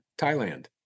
Thailand